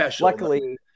luckily